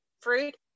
fruit